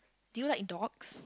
do you like dogs